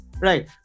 Right